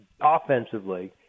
offensively